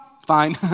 fine